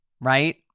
right